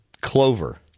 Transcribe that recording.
Clover